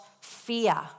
fear